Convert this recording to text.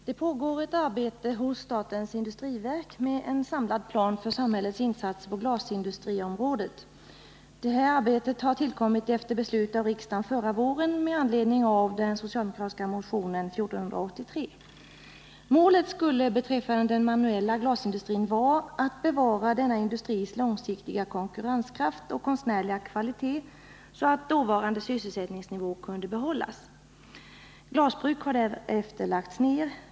Fru talman! Arbete pågår f. n. hos statens industriverk med en samlad plan för samhällets insatser på glasindustriområdet. Detta arbete har tillkommit efter beslut av riksdagen förra våren med anledning av den socialdemokratiska motionen 1483. Målet skulle beträffande den manuella glasindustrin vara att bevara denna industris långsiktiga konkurrenskraft och konstnärliga kvalitet så att dåvarande sysselsättningsnivå kunde behållas. Glasbruk har därefter lagts ner.